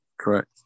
Correct